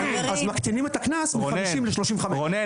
אז מקטינים את הקנס מחמישים לשלושים וחמש.